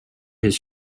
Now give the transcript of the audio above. his